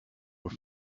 were